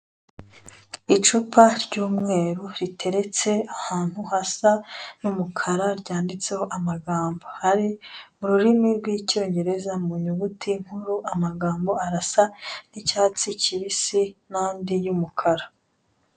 Icupa ry'umweru riteretse ahantu hasa nk'umukara ryanditseho amagambo, ari mu rurimi rw'Icyongereza, mu nyuguti nkuru, amagambo arasa n'icyatsi kibisi, n'andi y'umukara.